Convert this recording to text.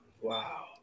Wow